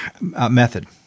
Method